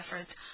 efforts